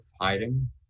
hiding